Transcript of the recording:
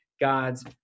God's